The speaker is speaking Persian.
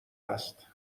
است